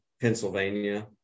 Pennsylvania